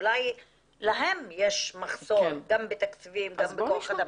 אולי להם יש מחסור, גם בתקציבים וגם בכוח אדם?